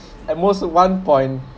at most one point